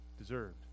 deserved